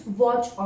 watch